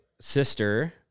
sister